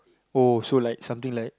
oh so like something like